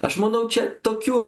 aš manau čia tokių